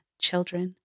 children